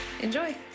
Enjoy